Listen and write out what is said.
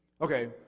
Okay